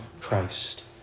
Christ